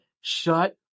shut